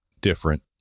different